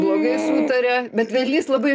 blogai sutaria bet vedlys labai